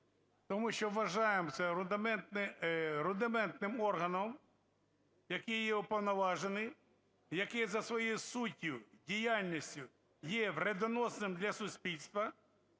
Тому що вважаємо це рудиментним органом, який є уповноважений, який за своєю суттю, діяльністю є вредоносним для суспільства,